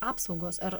apsaugos ar